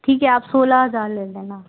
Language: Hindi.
ठीक है आप सोलह हज़ार ले लेना